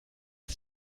ist